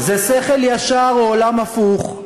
זה שכל ישר או עולם הפוך,